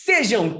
Sejam